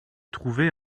trouvé